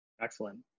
Excellent